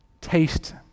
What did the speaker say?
taste